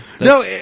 No